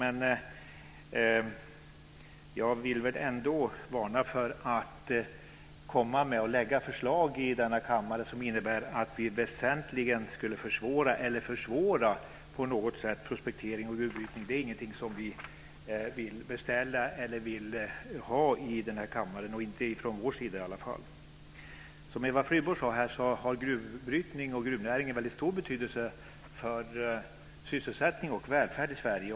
Men jag vill nog ändå varna för att i denna kammare lägga fram förslag som innebär att vi på något sätt väsentligen försvårar prospektering och gruvbrytning. Det är inte något som vi i denna kammare vill beställa eller vill ha. Från vår sida vill vi i alla fall inte ha det. Som Eva Flyborg nyss sade har gruvbrytningen och gruvnäringen en väldigt stor betydelse för sysselsättningen och välfärden i Sverige.